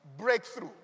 breakthrough